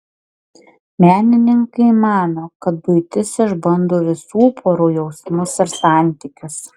menininkai mano kad buitis išbando visų porų jausmus ir santykius